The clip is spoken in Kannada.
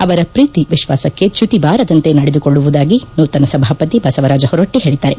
ಅವರ ಪ್ರೀತಿ ವಿಶ್ವಾಸಕ್ಕೆ ಚ್ಯುತಿಬಾರದಂತೆ ನಡೆದುಕೊಳ್ಳುವುದಾಗಿ ನೂತನ ಸಭಾಪತಿ ಬಸವರಾಜ ಹೊರಟ್ಟಿ ಹೇಳಿದ್ದಾರೆ